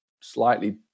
slightly